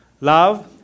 Love